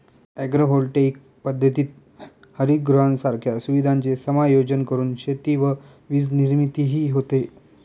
agrovoltaic पद्धतीत हरितगृहांसारख्या सुविधांचे समायोजन करून शेती व वीजनिर्मितीही होते